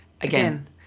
Again